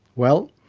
well,